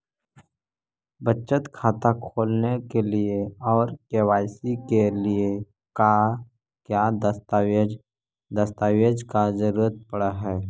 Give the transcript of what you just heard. बचत खाता खोलने के लिए और के.वाई.सी के लिए का क्या दस्तावेज़ दस्तावेज़ का जरूरत पड़ हैं?